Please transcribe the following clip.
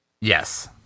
Yes